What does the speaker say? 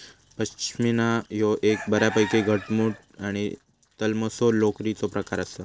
पश्मीना ह्यो एक बऱ्यापैकी घटमुट आणि तलमसो लोकरीचो प्रकार आसा